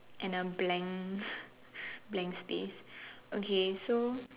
and a blank blank space okay so